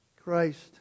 Christ